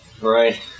Right